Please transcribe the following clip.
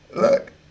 look